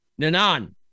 Nanan